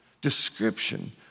description